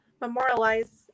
memorialize